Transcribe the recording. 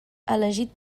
elegit